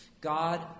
God